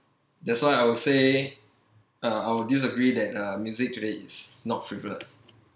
that's why I would say uh I would disagree that uh music today is not frivolous